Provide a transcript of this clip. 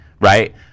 right